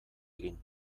egin